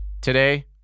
Today